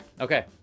Okay